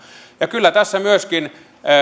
ja kyllä tässä myöskin